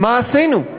מה עשינו?